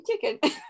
chicken